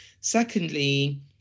Secondly